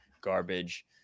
garbage